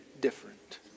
different